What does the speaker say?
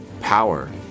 Power